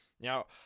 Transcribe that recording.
Now